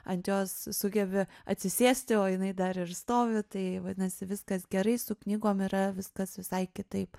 ant jos sugebi atsisėsti o jinai dar ir stovi tai vadinasi viskas gerai su knygom yra viskas visai kitaip